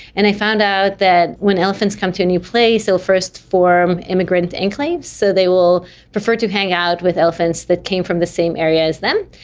and i found out that when elephants come to a new place they'll first form immigrant enclaves, so they will prefer to hang out with elephants that came from the same area as them.